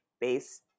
base